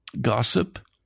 gossip